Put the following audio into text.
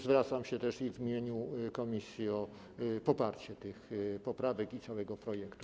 Zwracam się też i w imieniu komisji o poparcie tych poprawek i całego projektu.